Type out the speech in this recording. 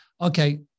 okay